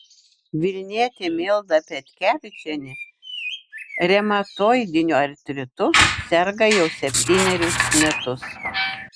vilnietė milda petkevičienė reumatoidiniu artritu serga jau septynerius metus